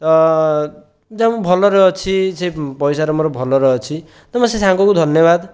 ତ ଯେ ମୁଁ ଭଲରେ ଅଛି ସେଇ ପଇସାରେ ମୁଁ ଭଲରେ ଅଛି ତ ମୋର ସେ ସାଙ୍ଗକୁ ଧନ୍ୟବାଦ